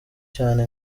cyane